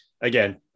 Again